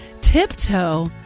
tiptoe